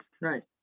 Right